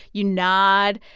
you nod.